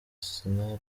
arsenal